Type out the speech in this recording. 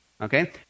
Okay